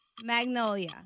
Magnolia